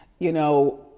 you know,